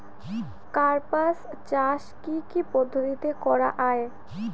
কার্পাস চাষ কী কী পদ্ধতিতে করা য়ায়?